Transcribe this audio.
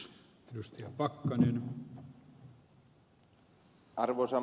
arvoisa puhemies